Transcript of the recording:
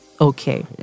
Okay